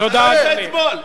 לא היית אתמול.